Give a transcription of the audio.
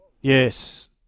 Yes